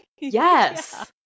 yes